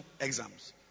exams